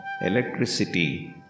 electricity